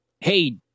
hey